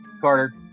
Carter